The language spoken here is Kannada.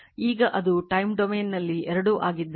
ಈಗ ಅದು time ಡೊಮೇನ್ನಲ್ಲಿ ಎರಡೂ ಆಗಿದ್ದರೆ